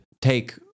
take